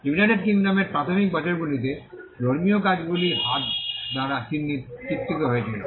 United কিংডমের প্রাথমিক বছরগুলিতে ধর্মীয় কাজগুলি হাত দ্বারা চিত্রিত হয়েছিল